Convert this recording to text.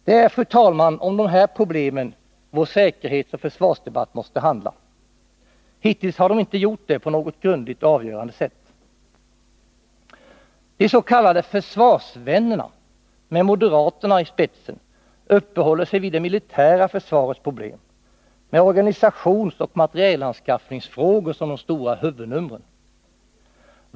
Det är, fru talman, om de här problemen vår säkerhetsoch försvarsdebatt måste handla. Hittills har den inte gjort det på något grundligt och avgörande sätt. De s.k. försvarsvännerna, med framför allt moderaterna i spetsen, uppehåller sig vid det militära försvarets problem, med organisationsoch materielanskaffningsfrågor som de stora huvudnumren.